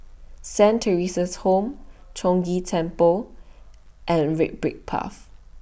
Saint Theresa's Home Chong Ghee Temple and Red Brick Path